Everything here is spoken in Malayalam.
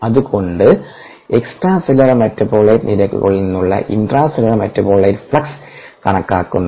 അത്കൊണ്ട് എക്സ്ട്രാ സെല്ലുലാർ മെറ്റാബോലൈറ്റ് നിരക്കുകളിൽ നിന്നുള്ള ഇൻട്രാ സെല്ലുലാർ മെറ്റാബോലൈറ്റ് ഫ്ലക്സ് കണക്കാക്കുന്നു